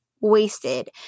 wasted